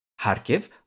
Kharkiv